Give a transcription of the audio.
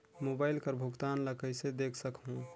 Mobile कर भुगतान ला कइसे देख सकहुं?